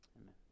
Amen